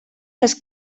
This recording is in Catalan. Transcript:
les